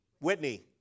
Whitney